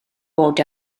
bod